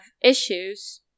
issues